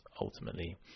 Ultimately